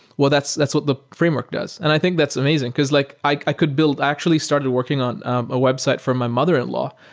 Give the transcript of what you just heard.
well, that's that's what the framework does. and i think that's amazing, because like i could build i actually started working on a website for my mother-in-law,